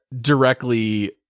directly